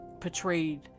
portrayed